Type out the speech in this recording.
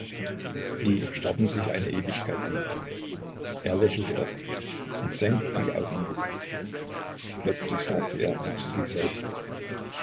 sie starrten sich eine ewigkeit an er lächelte irre und senkte die augen nieder plötzlich sagte er wie zu sich selbst